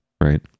right